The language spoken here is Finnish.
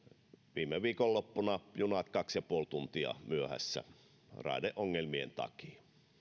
viime viikonloppuna junat olivat kaksi ja puoli tuntia myöhässä raideongelmien takia